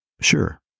Sure